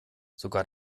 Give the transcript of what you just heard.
sogar